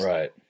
Right